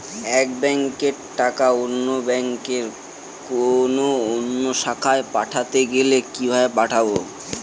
এক ব্যাংকের টাকা অন্য ব্যাংকের কোন অন্য শাখায় পাঠাতে গেলে কিভাবে পাঠাবো?